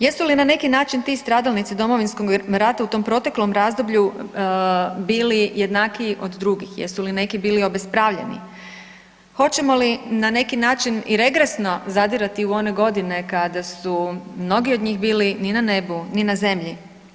Jesu li na neki način ti stradalnici Domovinskog rata u tom proteklom razdoblju bili jednakiji od drugih, jesu li neki bili obespravljeni, hoćemo li na neki način i regresno zadirati u one godine kada su mnogi od njih bili ni na nebu ni na zemlji?